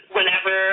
Whenever